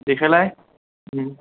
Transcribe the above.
देखायलाय